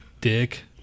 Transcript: Dick